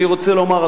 אני רוצה לומר,